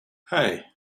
hey